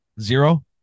Zero